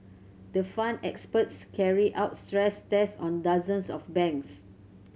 the Fund experts carried out stress tests on dozens of banks